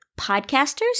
podcasters